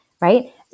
right